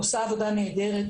עושה עבודה נהדרת,